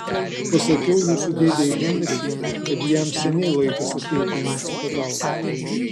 pasakiau jūsų dėdei henriui kad jam seniai laikas ateiti jums į pagalbą